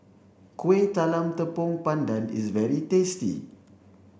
Kuih Talam Tepong Pandan is very tasty